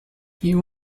you